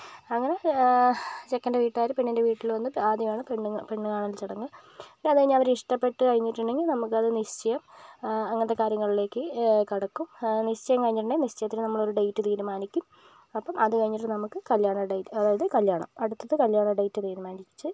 അങ്ങനെ ചെക്കൻ്റെ വീട്ടുകാര് പെണ്ണിൻ്റെ വീട്ടില് വന്ന് ആദ്യം ആണ് പെണ്ണു കാണൽ ചടങ്ങ് അത് കഴിഞ്ഞ് അവര് ഇഷ്ട്ടപ്പെട്ട് കഴിഞ്ഞിട്ട് ഉണ്ടെങ്കിൽ നമുക്ക് നിച്ഛയം അങ്ങനത്തെ കാര്യങ്ങൾക്ക് കടക്കും നിച്ഛയം കഴിഞ്ഞ ഉടനെ നിച്ഛയത്തിന് നമ്മള് ഒരു ഡേറ്റ് തീരുമാനിക്കും അപ്പം അത് കഴിഞ്ഞിട്ട് നമുക്ക് കല്യാണം ഡേറ്റ് അതായത് കല്യാണം അടുത്ത് കല്യാണ ഡേറ്റ് തിരുമാനിച്ച്